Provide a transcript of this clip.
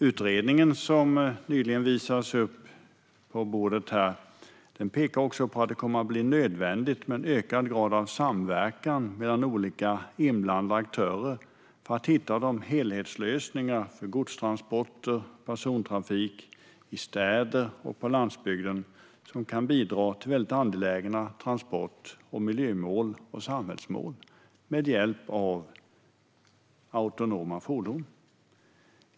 Utredningen, som nyligen visades upp på bordet här, pekar på att det kommer att bli nödvändigt med en ökad grad av samverkan mellan olika inblandade aktörer för att hitta de helhetslösningar för godstransporter och persontrafik i städer och på landsbygden som kan bidra till angelägna transport-, miljö och samhällsmål med hjälp av autonoma fordon. Fru talman!